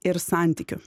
ir santykių